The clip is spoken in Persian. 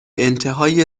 انتهای